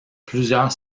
plusieurs